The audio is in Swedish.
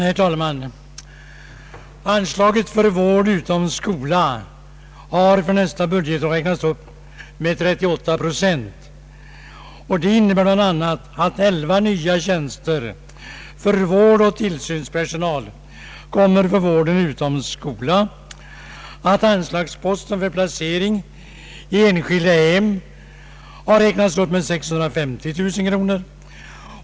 Herr talman! Anslaget till vård utom skola har för nästa budgetår räknats upp med 38 procent. Det innebär bl.a. att elva nya tjänster för vårdoch tillsynspersonal tillkommer för vård utom skola, att anslagsposten för placering i enskilda hem räknats upp med 650 000 kr.